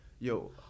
Yo